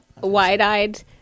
wide-eyed